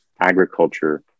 agriculture